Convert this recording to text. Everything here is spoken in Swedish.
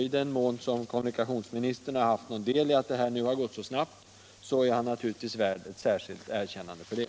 I den mån kommunikationsministern har haft del i att detta gått så snabbt är han naturligtvis värd ett särskilt erkännande för det.